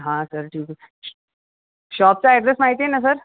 हां सर ठीक आहे शॉ शॉपचा अॅड्रेस माहिती आहे ना सर